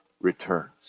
returns